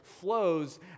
flows